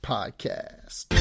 Podcast